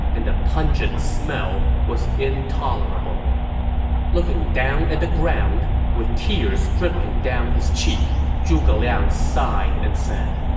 and the pungent smell was intolerable looking down at the ground with tears dripping down his cheek, zhuge liang sighed and said,